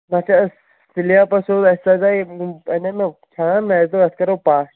نہ چھِ اَسہِ سِلیپ اتھ سیٚود اَسہِ سیزاے یم اَنے مےٚ چھان نا اَسہِ دوٚپ یتھ کَرو پَش